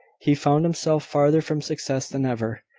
he found himself farther from success than ever,